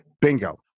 Bingo